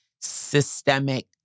systemic